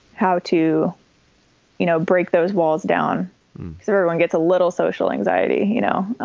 how to you know break those walls down so everyone gets a little social anxiety. you know,